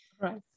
Right